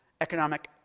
economic